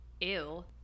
ew